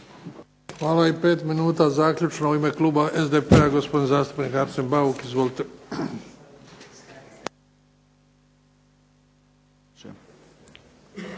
Hvala. I 5 minuta zaključno. U ime kluba SDP-a gospodin zastupnik Arsen Bauk. Izvolite.